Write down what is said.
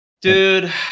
Dude